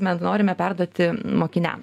mes norime perduoti mokiniam